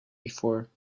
before